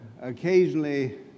occasionally